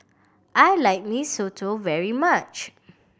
I like Mee Soto very much